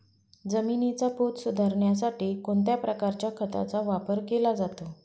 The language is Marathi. जमिनीचा पोत सुधारण्यासाठी कोणत्या प्रकारच्या खताचा वापर केला जातो?